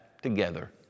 together